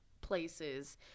places